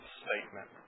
statement